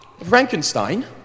Frankenstein